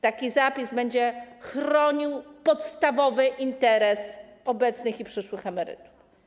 Taki zapis będzie chronił podstawowy interes obecnych i przyszłych emerytów.